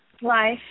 life